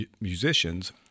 musicians